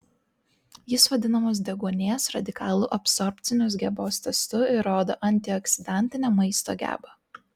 jis vadinamas deguonies radikalų absorbcinės gebos testu ir rodo antioksidantinę maisto gebą